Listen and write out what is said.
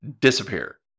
disappear